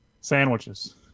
sandwiches